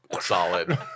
Solid